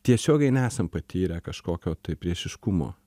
tiesiogiai nesam patyrę kažkokio tai priešiškumo